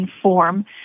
inform